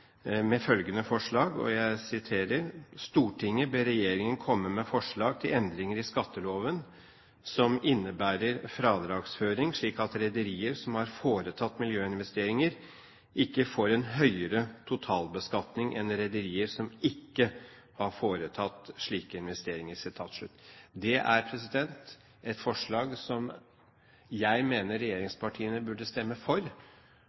med følgende forslag: «Stortinget ber regjeringen komme med forslag til endringer i skatteloven som innebærer fradragsføring slik at rederier som har foretatt miljøinvesteringer ikke får en høyere totalbelastning enn rederier som ikke har foretatt slike investeringer.» Det er et forslag som jeg mener regjeringspartiene burde stemme for,